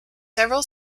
several